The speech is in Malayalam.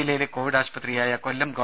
ജില്ലയിലെ കോവിഡ് ആശുപത്രിയായ കൊല്ലം ഗവ